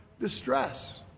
distress